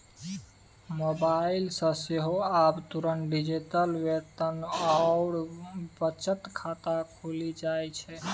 mobile सँ सेहो आब तुरंत डिजिटल वेतन आओर बचत खाता खुलि जाइत छै